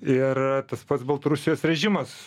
ir tas pats baltarusijos režimas